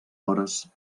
hores